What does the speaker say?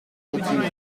montignac